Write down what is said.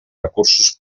recursos